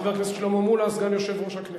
חבר הכנסת שלמה מולה, סגן יושב-ראש הכנסת.